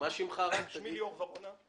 אני לא מכיר את ההתחייבות הזאת.